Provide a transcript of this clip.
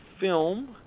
film